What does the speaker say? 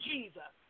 Jesus